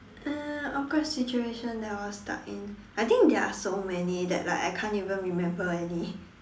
uh awkward situation that I was stuck in I think there are so many that like I can't even remember any